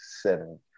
seven